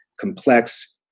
complex